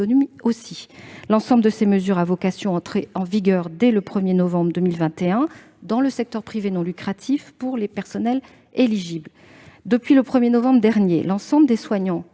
autonomie. L'ensemble de ces mesures avait vocation à entrer en vigueur dès le 1 novembre 2021 dans le secteur privé non lucratif, pour les personnels éligibles. Depuis cette date, l'ensemble des soignants